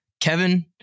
Kevin